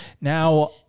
now